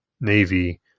navy